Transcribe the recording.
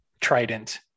trident